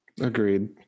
Agreed